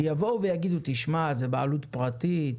כי יבואו ויגידו: תשמע, זה בעלות פרטית,